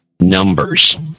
Numbers